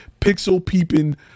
pixel-peeping